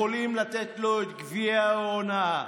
יכולים לתת לו את גביע ההונאה.